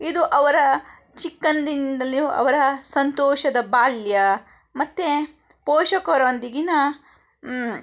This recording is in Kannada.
ಇದು ಅವರ ಚಿಕ್ಕಂದಿನಿಂದಲೂ ಅವರ ಸಂತೋಷದ ಬಾಲ್ಯ ಮತ್ತು ಪೋಷಕರೊಂದಿಗಿನ